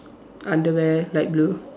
underwear light blue